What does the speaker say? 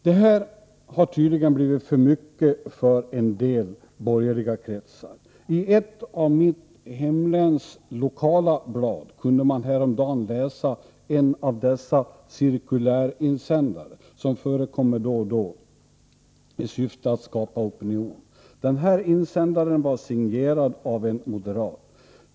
Det här har tydligen blivit för mycket för en del borgerliga kretsar. I ett av mitt hemläns lokala blad kunde man häromdagen läsa en av dessa ”cirkulärinsändare”, som förekommer då och då, i syfte att skapa opinion. Den här insändaren var signerad av en moderat.